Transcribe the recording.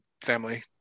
family